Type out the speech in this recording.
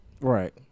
Right